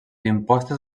impostes